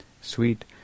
sweet